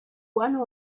one